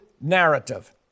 narrative